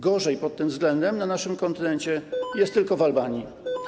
Gorzej pod tym względem na naszym kontynencie jest tylko w Albanii.